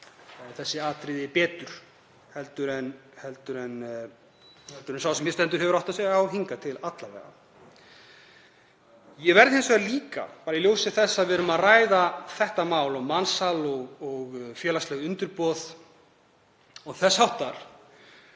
þessi atriði betur en sá sem hér stendur hefur áttað sig á, hingað til alla vega. Ég verð hins vegar líka, í ljósi þess að við erum að ræða þetta mál og mansal og félagsleg undirboð og þess háttar,